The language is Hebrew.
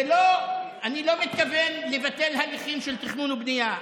אני לא מתכוון לבטל הליכים של תכנון ובנייה,